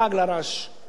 זה לא טיפול רציני.